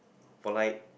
polite